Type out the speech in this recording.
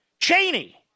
Cheney